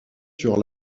sur